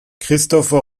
christopher